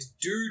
Dude